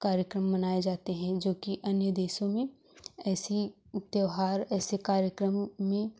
कार्यक्रम बनाए जाते हैं जो कि अन्य देशों में ऐसी त्योहार ऐसे कार्यक्रम में